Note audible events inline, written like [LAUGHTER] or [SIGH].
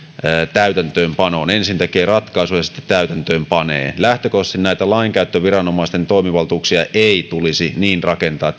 täytäntöönpanoon ensin tekee ratkaisun ja sitten täytäntöönpanee lähtökohtaisesti näitä lainkäyttöviranomaisten toimivaltuuksia ei tulisi niin rakentaa [UNINTELLIGIBLE]